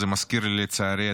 לצערי,